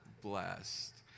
blessed